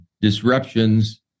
disruptions